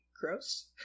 gross